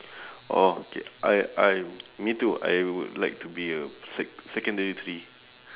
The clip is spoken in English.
orh K I I me too I would like to be a sec~ secondary three